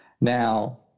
Now